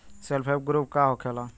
Self help group का होखेला?